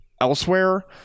elsewhere